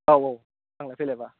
आव आव थांलाय फैलाय बा